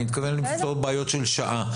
אני מתכוון לפתור בעיות של שעה.